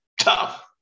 tough